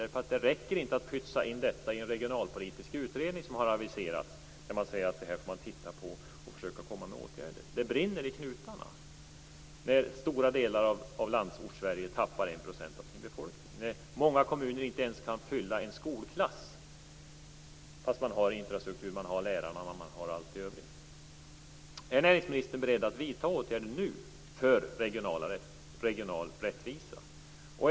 Det räcker inte med att pytsa in detta i en regionalpolitisk utredning som har aviserats och som skall se på detta och försöka komma med förslag till åtgärder. Det brinner i knutarna när stora delar av Landsortssverige tappar 1 % av sin befolkning och när många kommuner inte ens kan fylla en skolklass fastän man har infrastruktur, lärarna och allt det övriga. Är näringsministern beredd att vidta åtgärder nu för regional rättvisa?